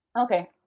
Okay